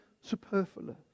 superfluous